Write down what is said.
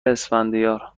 اسفندیار